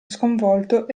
sconvolto